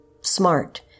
smart